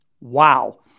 Wow